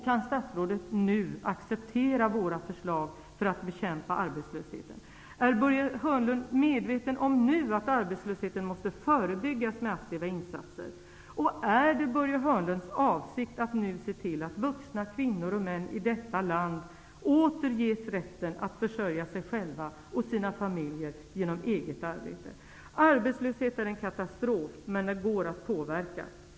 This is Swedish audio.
Kan statsrådet nu acceptera våra förslag för att bekämpa arbetslöshet? Är Börje Hörnlund nu medveten om att arbetslösheten måste förebyggas med aktiva insatser? Är det Börje Hörnlunds avsikt att nu se till att vuxna kvinnor och män i detta land åter ges rätten att försörja sig själva och sina familjer genom eget arbete? Arbetslösheten är en katastrof, men den går att påverka.